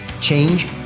Change